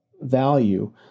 value